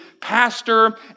pastor